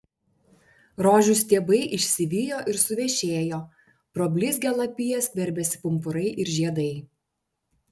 rožių stiebai išsivijo ir suvešėjo pro blizgią lapiją skverbėsi pumpurai ir žiedai